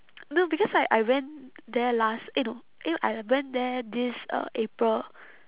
no because I I went there last eh no eh I went there this uh april